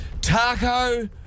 Taco